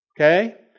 okay